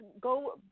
go